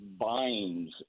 binds